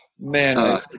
man